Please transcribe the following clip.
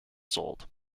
sold